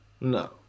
No